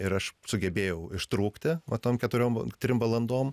ir aš sugebėjau ištrūkti va tom keturiom trim valandom